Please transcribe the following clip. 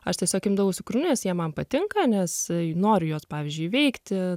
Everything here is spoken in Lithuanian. aš tiesiog imdavausi kūrinius jie man patinka nes noriu juos pavyzdžiui įveikti